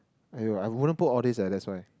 !aiyo! I wouldn't put all this leh that's why